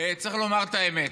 צריך לומר את האמת: